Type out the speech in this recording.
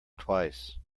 twice